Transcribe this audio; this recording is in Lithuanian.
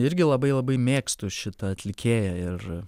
irgi labai labai mėgstu šitą atlikėją ir